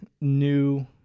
new